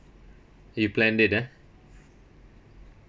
you plan it ah